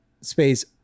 space